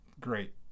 Great